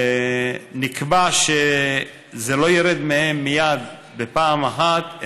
נקבע שזה לא ירד מהן מיידף בפעם אחת,